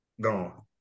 gone